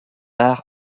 art